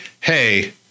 Hey